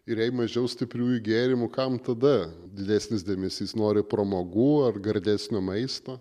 ir jei mažiau stipriųjų gėrimų kam tada didesnis dėmesys nori pramogų ar gardesnio maisto